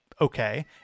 Okay